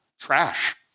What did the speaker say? trash